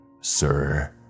sir